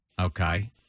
Okay